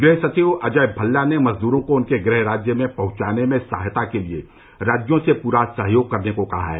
गृह सचिव अजय भल्ला ने मजदूरों को उनके गृह राज्य में पहुंचाने में सहायता के लिए राज्यों से पूरा सहयोग करने को कहा है